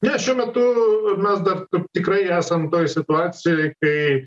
na šiuo metu mes dar tikrai esam toj situacijoj kai